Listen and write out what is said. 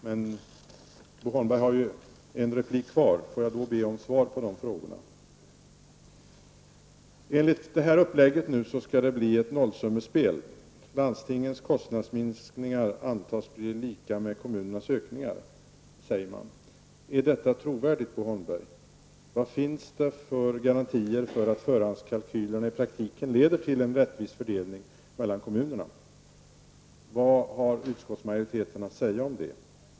Men Bo Holmberg har ju en replik kvar. Får jag be om svar på frågorna då. Enligt detta upplägg skall det bli ett nollsummespel. Landstingens kostnadsminskningar antas bli lika med kommunernas ökningar, säger man. Är detta trovärdigt, Bo Holmberg? Vad finns det för garantier för att förhandskalkylerna i praktiken leder till en rättvis fördelning mellan kommunerna? Vad har utskottsmajoriteten att säga om detta?